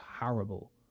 horrible